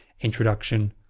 introduction